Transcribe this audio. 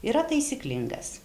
yra taisyklingas